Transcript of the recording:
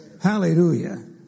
Hallelujah